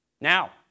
Now